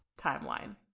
timeline